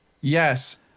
Yes